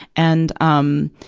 and, um,